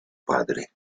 padre